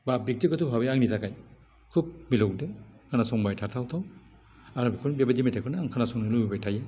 बा बेग्तिगत'भाबै आंनि थाखाय खुब मिलौदो खोनासंबाय थाथावथाव आरो बेफोर बेबायदि मेथाइखौनो आं खोनासंनो लुबैबाय थायो